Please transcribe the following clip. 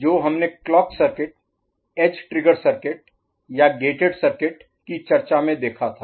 जो हमने clock circuit edge trigger circuit या गेटेड सर्किट की चर्चा में देखा था